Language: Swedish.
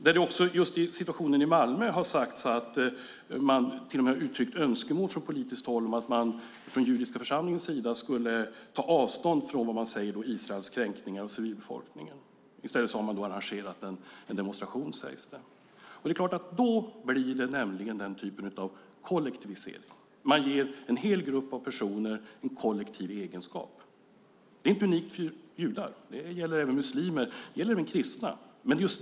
Vad gäller situationen i Malmö har det från politiskt håll till och med uttryckts önskemål om att man från den judiska församlingens sida skulle ta avstånd från vad som sägs vara Israels kränkningar av civilbefolkningen. I stället har man, sägs det, arrangerat en demonstration. Det är klart att det då blir fråga om en kollektivisering. Man ger en hel grupp personer en kollektiv egenskap. Det är inte unikt för judar. Det gäller även muslimer och kristna.